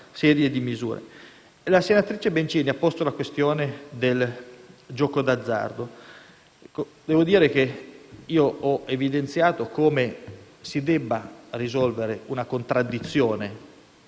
La senatrice Bencini ha posto la questione del gioco d'azzardo. Io ho evidenziato come si debba risolvere una contraddizione.